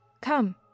Come